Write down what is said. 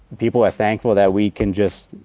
people are thankful that we can just,